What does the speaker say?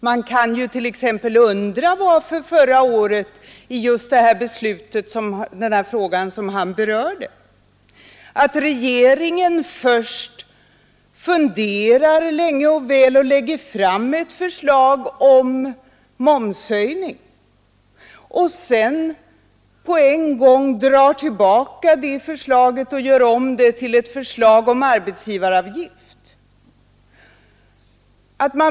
Man kan ju t.ex. undra varför regeringen förra året först funderade både länge och väl och därefter lade fram ett förslag om momshöjning för att sedan helt plötsligt dra tillbaka förslaget och göra om det till ett förslag om arbetsgivaravgift.